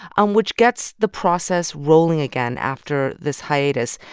um which gets the process rolling again after this hiatus.